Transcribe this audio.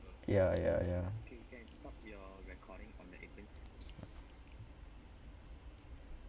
ya ya ya